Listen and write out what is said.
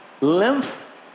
Lymph